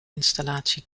installatie